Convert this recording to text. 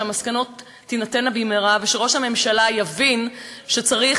שהמסקנות תינתנה במהרה וראש הממשלה יבין שצריך